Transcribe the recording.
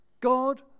God